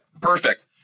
Perfect